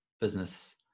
business